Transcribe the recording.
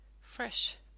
fresh